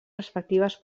respectives